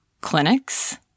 clinics